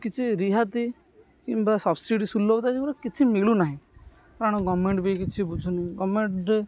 କିଛି ରିହାତି କିମ୍ବା ସବ୍ସିଡ଼ି ସୁଲଭତା ଏଗୁଡ଼ା କିଛି ମିଳୁନାହିଁ କାରଣ ଗଭର୍ନମେଣ୍ଟ ବି କିଛି ବୁଝୁନି ଗଭର୍ନମେଣ୍ଟ